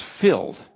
filled